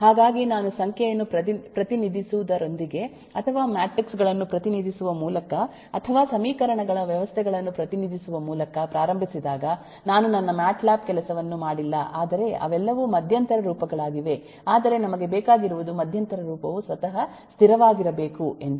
ಹಾಗಾಗಿ ನಾನು ಸಂಖ್ಯೆಯನ್ನು ಪ್ರತಿನಿಧಿಸುವುದರೊಂದಿಗೆ ಅಥವಾ ಮ್ಯಾಟ್ರಿಕ್ಸ್ ಗಳನ್ನು ಪ್ರತಿನಿಧಿಸುವ ಮೂಲಕ ಅಥವಾ ಸಮೀಕರಣಗಳ ವ್ಯವಸ್ಥೆಗಳನ್ನು ಪ್ರತಿನಿಧಿಸುವ ಮೂಲಕ ಪ್ರಾರಂಭಿಸಿದಾಗ ನಾನು ನನ್ನ ಮ್ಯಾಟ್ ಲ್ಯಾಬ್ ಕೆಲಸವನ್ನು ಮಾಡಿಲ್ಲ ಆದರೆ ಅವೆಲ್ಲವೂ ಮಧ್ಯಂತರ ರೂಪಗಳಾಗಿವೆ ಆದರೆ ನಮಗೆ ಬೇಕಾಗಿರುವುದು ಮಧ್ಯಂತರ ರೂಪವು ಸ್ವತಃ ಸ್ಥಿರವಾಗಿರಬೇಕು ಎಂದು